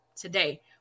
today